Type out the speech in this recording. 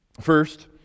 First